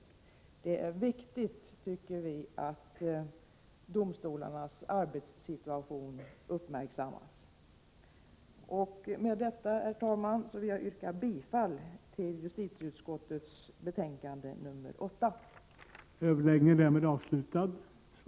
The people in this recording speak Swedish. Vi tycker att det är viktigt att arbetssituationen på domstolarna uppmärksammas. Herr talman! Med detta vill jag yrka bifall till utskottets hemställan i justitieutskottets betänkande nr 8. Med detta anförande — under vilket ledningen av kammarens förhandlingar för en stund övertagits av andre vice talmannen — var överläggningen i ärendet avslutad.